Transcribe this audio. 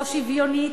לא שוויונית,